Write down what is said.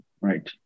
right